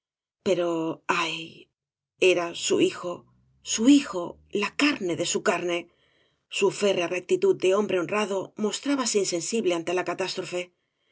pero ay era su hijo su hijo la carne de su carne su férrea rectitud de hombre honrado mostrábase insensible ante la catástrofe